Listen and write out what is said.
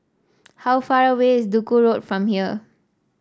how far away is Duku Road from here